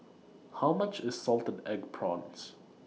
How much IS Salted Egg Prawns